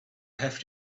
have